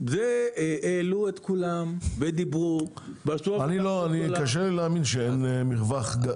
העלו את כולם ודיברו --- לי קשה להאמין שאין מרווח.